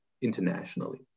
internationally